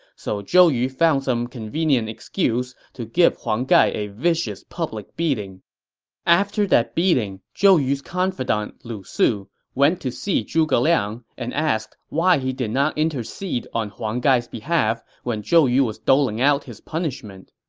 so zhou yu found some and excuse to give huang gai a vicious public beating after that beating, zhou yu's confidant lu su went to see zhuge liang and asked why he did not intercede on huang gai's behalf when zhou yu was doling out his punishment.